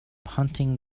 hunting